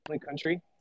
country